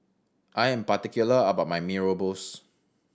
I am particular about my Mee Rebus